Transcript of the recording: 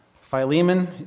Philemon